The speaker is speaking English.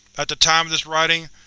at the time of this writing,